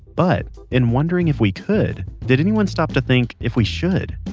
but in wondering if we could, did anyone stop to think if we should?